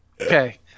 Okay